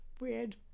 weird